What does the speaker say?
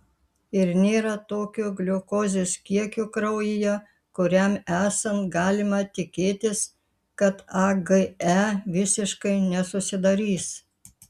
ir nėra tokio gliukozės kiekio kraujyje kuriam esant galima tikėtis kad age visiškai nesusidarys